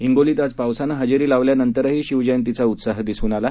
हिंगोलीत आज पावसानं हजेरी लावल्यानंतही शिवजयंतीचा उत्साह दिसून आला